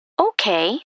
Okay